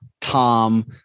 Tom